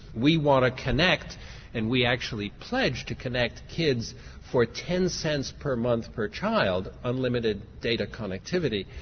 we want to connect and we actually pledged to connect kids for ten cents per month, per child unlimited data connectivity,